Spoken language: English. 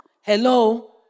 hello